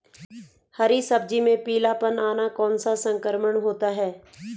हरी सब्जी में पीलापन आना कौन सा संक्रमण होता है?